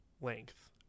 length